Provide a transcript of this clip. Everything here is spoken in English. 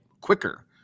quicker